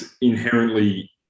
Inherently